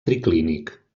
triclínic